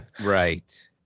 Right